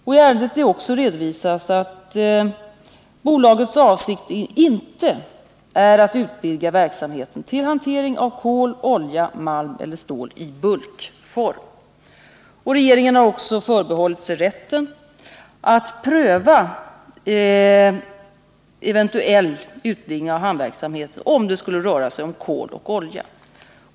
I ärendet redovisas också att bolagets avsikt inte är att utvidga verksamheten till hantering av kol, olja, malm eller stål i bulkform. Regeringen har också förbehållit sig rätten att pröva eventuell utvidgning av hamnverksamheten om det skulle röra sig om kol och olja.